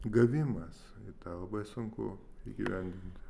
gavimas ir tą labai sunku įgyvendint